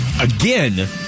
again